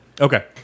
Okay